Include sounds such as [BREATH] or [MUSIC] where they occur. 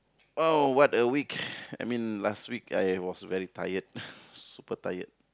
oh what a week I mean last week I was very tired [BREATH] super tired